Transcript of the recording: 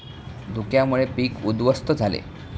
धुक्यामुळे पीक उध्वस्त झाले